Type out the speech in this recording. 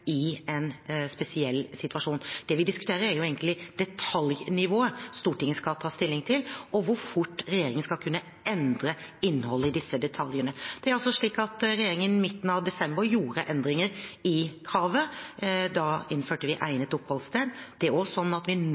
i en spesiell situasjon. Det vi diskuterer, er egentlig detaljnivået Stortinget skal ta stilling til, og hvor fort regjeringen skal kunne endre innholdet i disse detaljene. Regjeringen gjorde i midten av desember endringer i kravet – da innførte vi egnet oppholdssted. Nå vurderer vi fortløpende å stramme inn kravet. Det mener vi